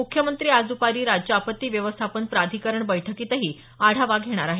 मुख्यमंत्री आज दुपारी राज्य आपत्ती व्यवस्थापन प्राधिकरण बैठकीतही आढावा घेणार आहेत